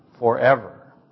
Forever